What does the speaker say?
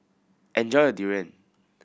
enjoy your durian